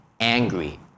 angry